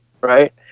Right